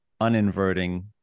uninverting